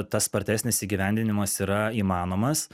tas spartesnis įgyvendinimas yra įmanomas